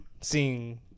seeing